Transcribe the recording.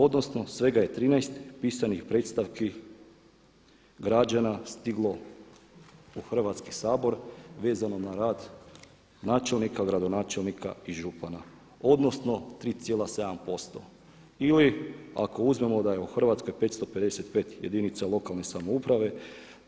Odnosno svega je 13 pisanih predstavki građana stiglo u Hrvatski sabor vezano na rad načelnika, gradonačelnika i župana, odnosno 3,7% ili ako uzmemo da je u Hrvatskoj 555 jedinica lokalne samouprave,